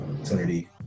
opportunity